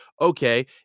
okay